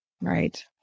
Right